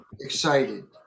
excited